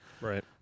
right